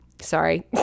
sorry